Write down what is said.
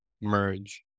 merge